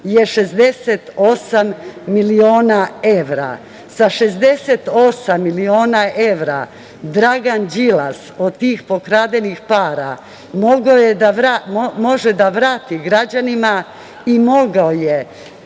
68 miliona evra, sa 68 miliona evra Dragan Đilas od tih pokradenih para, može da vrati građanima i mogao je